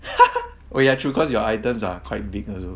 oh ya true cause your items are quite big also